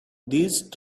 these